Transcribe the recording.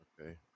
Okay